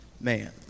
man